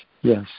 Yes